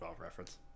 reference